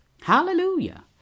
Hallelujah